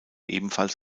ebenfalls